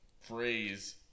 phrase